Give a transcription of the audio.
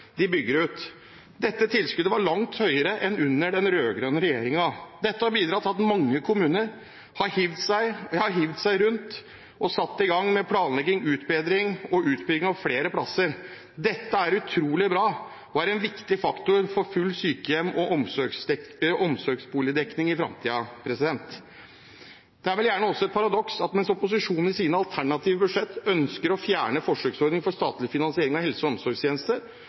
de bygger ut. Dette tilskuddet var langt høyere enn under den rød-grønne regjeringen. Dette har bidratt til at mange kommuner har hivd seg rundt og satt i gang med planlegging, utbedring og utbygging av flere plasser. Dette er utrolig bra og er en viktig faktor for full sykehjems- og omsorgsboligdekning i framtiden. Det er vel gjerne også et paradoks at mens opposisjonens alternative budsjett ønsker å fjerne forsøksordning for statlig finansiering av helse- og omsorgstjenester,